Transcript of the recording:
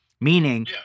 Meaning